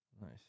nice